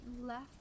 left